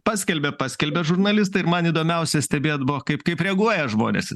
paskelbė paskelbė žurnalistai man įdomiausia stebėt kaip kaip reaguoja žmonės